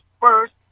first